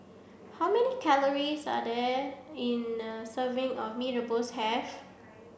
how many calories a day in serving of Mee rebus have